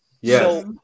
yes